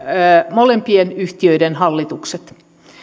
molempien yhtiöiden hallitukset